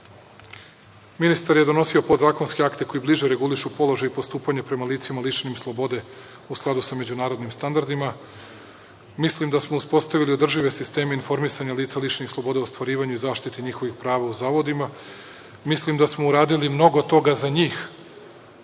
ministar je donosio podzakonska akte koji bliže regulišu položaj postupanja prema licima lišenim slobode u skladu sa međunarodnim standardima. Mislim da smo uspostavili održive sisteme informisanja lica lišenih slobode u ostvarivanje i zaštitu njihovih prava u zavodima. Mislim da smo uradili mnogo toga za njih,